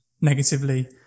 negatively